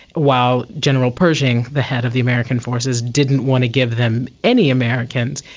while general pershing, the head of the american forces, didn't want to give them any americans,